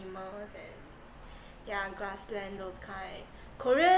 and yeah grass land those kind korea